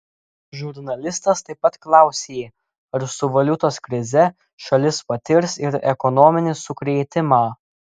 žurnalistas taip pat klausė ar su valiutos krize šalis patirs ir ekonominį sukrėtimą